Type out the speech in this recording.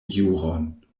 juron